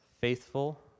faithful